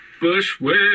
Bushwick